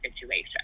situation